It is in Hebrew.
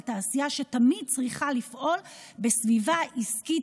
תעשייה שתמיד צריכה לפעול בסביבה עסקית,